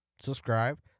subscribe